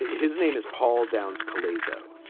his name is paul downs choline, so